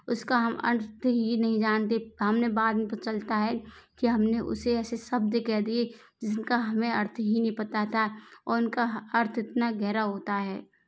उसका हम अर्थ ही नहीं जानते हमने बाद में पता चलता है कि हमने उसे ऐसे शब्द कह दिए कि जिनका हमें अर्थ ही नहीं पता था और उनका अर्थ इतना गहरा होता है